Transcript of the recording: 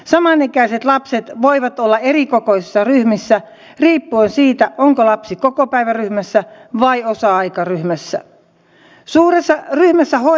samanikäiset lapset voivat olla erikokoisissa ryhmissä riippuen siitä onko lapsi kokopäiväryhmässä vai osa aikaryhmässä